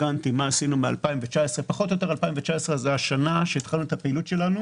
מה עשינו מ-2019 2019 היא השנה שבה התחלנו את הפעילות שלנו